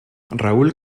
raúl